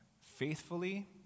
faithfully